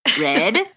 Red